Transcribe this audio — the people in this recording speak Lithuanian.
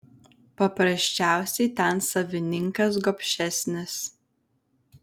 paprasčiausiai ten savininkas gobšesnis